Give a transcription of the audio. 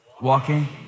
Walking